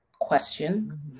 question